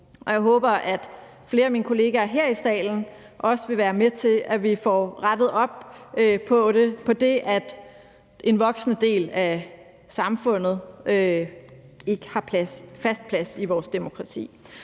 jeg håber, at flere af mine kolleger her i salen også vil være med til, at vi får rettet op på det, at en voksende del af samfundet ikke har fast plads i vores demokrati.